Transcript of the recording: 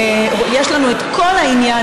יש לנו את כל העניין,